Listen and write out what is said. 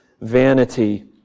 vanity